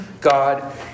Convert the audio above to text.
God